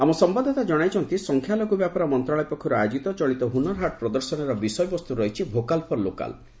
ଆମ ସମ୍ଭାଦଦାତା ଜଣାଇଛନ୍ତି ସଂଖ୍ୟାଲଘ୍ର ବ୍ୟାପାର ମନ୍ତ୍ରଣାଳୟ ପକ୍ଷର୍ ଆୟୋଜିତ ଚଳିତ ହୁନର ହାଟ୍ ପ୍ରଦର୍ଶନୀର ବିଷୟବସ୍ତୁ ରହିଛି 'ଭୋକାଲ୍ ଫର୍ ଲୋକାଲ୍'